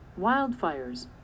Wildfires